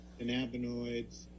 cannabinoids